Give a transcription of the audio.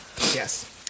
Yes